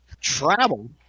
travel